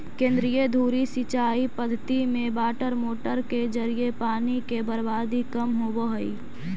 केंद्रीय धुरी सिंचाई पद्धति में वाटरमोटर के जरिए पानी के बर्बादी कम होवऽ हइ